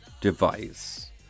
device